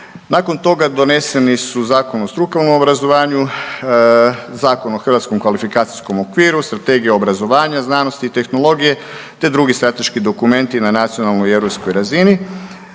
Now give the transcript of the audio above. Nakon toga doneseni su Zakon o strukovnom obrazovanju, Zakon o hrvatskom kvalifikacijskom okviru, Stratega obrazovanja, znanosti i tehnologije te drugi strateški dokumenti na nacionalnoj i europskoj razini.